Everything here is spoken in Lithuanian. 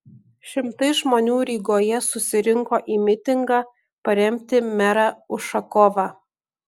šimtai žmonių rygoje susirinko į mitingą paremti merą ušakovą